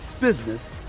business